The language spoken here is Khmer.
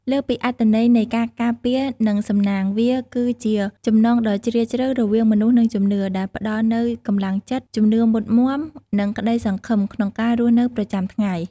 លើសពីអត្ថន័យនៃការការពារ និងសំណាង វាគឺជា ចំណងដ៏ជ្រាលជ្រៅរវាងមនុស្ស និងជំនឿ ដែលផ្តល់នូវ កម្លាំងចិត្ត ជំនឿមុតមាំ និងក្តីសង្ឃឹម ក្នុងការរស់នៅប្រចាំថ្ងៃ។